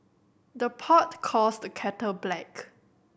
the pot calls the kettle black